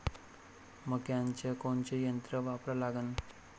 मक्याचं कोनचं यंत्र वापरा लागन?